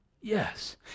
Yes